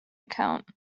account